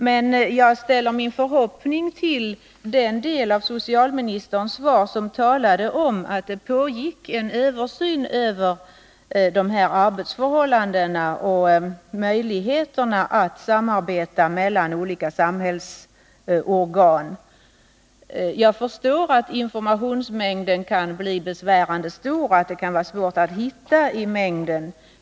Jag sätter mitt hopp till den del av socialministerns svar där hon talade om att det pågår en översyn av dessa arbetsförhållanden och möjligheterna att samarbeta mellan olika samhällsorgan. Jag förstår att informationsmängden kan bli besvärande stor och att det kan vara svårt att hitta i mängden.